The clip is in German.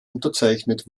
unterzeichnet